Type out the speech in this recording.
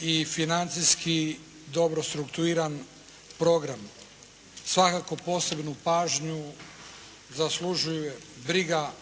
i financijski dobro strukturiran program. Svakako posebnu pažnju zaslužuje briga